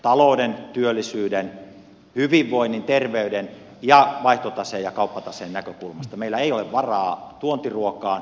talouden työllisyyden hyvinvoinnin terveyden ja vaihtotaseen ja kauppataseen näkökulmasta meillä ei ole varaa tuontiruokaan